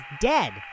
dead